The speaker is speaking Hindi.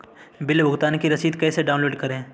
बिल भुगतान की रसीद कैसे डाउनलोड करें?